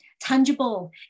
tangible